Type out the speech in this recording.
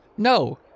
No